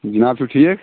جِناب چھُو ٹھیٖک